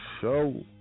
show